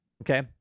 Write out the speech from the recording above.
okay